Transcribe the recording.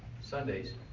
Sundays